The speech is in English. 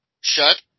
shut